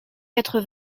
quatre